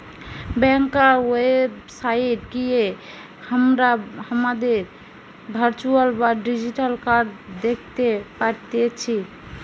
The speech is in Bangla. ব্যাংকার ওয়েবসাইট গিয়ে হামরা হামাদের ভার্চুয়াল বা ডিজিটাল কার্ড দ্যাখতে পারতেছি